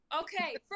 Okay